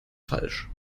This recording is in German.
falsch